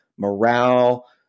morale